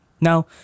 Now